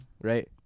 Right